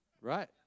Right